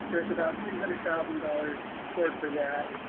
there's about three hundred thousand dollars scored for that.